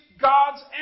God's